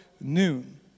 noon